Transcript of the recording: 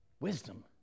Wisdom